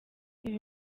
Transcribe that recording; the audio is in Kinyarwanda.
ibi